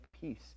peace